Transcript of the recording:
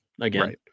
again